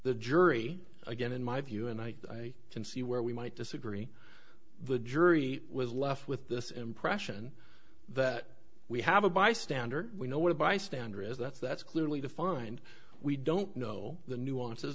the jury again in my view and i can see where we might disagree the jury was left with this impression that we have a bystander we know what a bystander is that's that's clearly defined we don't know the nuances